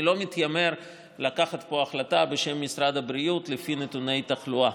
אני לא מתיימר לקחת פה החלטה בשם משרד הבריאות לפי נתוני התחלואה,